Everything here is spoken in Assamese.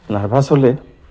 নাৰ্ভাচ হলে